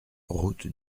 route